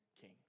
king